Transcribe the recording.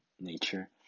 nature